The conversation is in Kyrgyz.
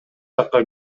жакка